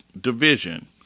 division